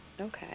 Okay